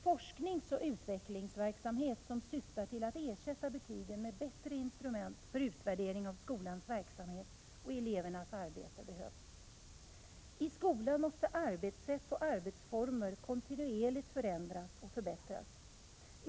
Forskningsoch utvecklingsverksamhet som syftar till att ersätta betygen med bättre instrument för utvärdering av skolans verksamhet och elevernas arbete behövs. I skolan måste arbetssätt och arbetsformer kontinuerligt förändras och förbättras.